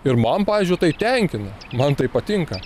ir man pavyzdžiui tai tenkina man tai patinka